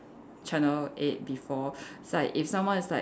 channel eight before it's like if someone is like